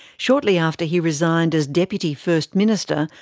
shortly after he resigned as deputy first minister,